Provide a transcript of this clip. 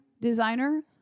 designer